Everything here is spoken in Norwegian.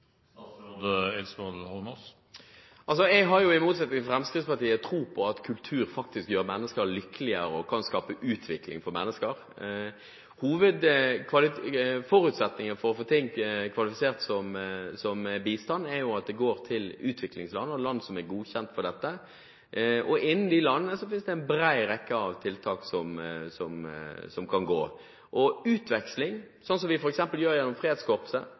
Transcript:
Jeg har jo, i motsetning til Fremskrittspartiet, tro på at kultur faktisk gjør mennesker lykkeligere og kan skape utvikling for mennesker. Forutsetningen for å få noe kvalifisert som bistand, er at det går til utviklingsland og land som er godkjent for dette, og innen de landene finnes det en bred rekke av tiltak. Utveksling, som vi f.eks. gjør gjennom Fredskorpset, beriker – i tillegg til å berike mennesker fra Norge – selvfølgelig også mennesker og